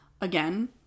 Again